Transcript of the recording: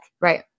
Right